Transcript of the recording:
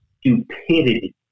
stupidity